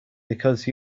because